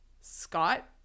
Scott